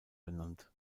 benannt